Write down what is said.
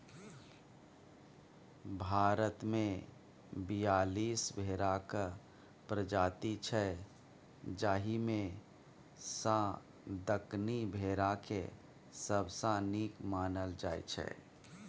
भारतमे बीयालीस भेराक प्रजाति छै जाहि मे सँ दक्कनी भेराकेँ सबसँ नीक मानल जाइ छै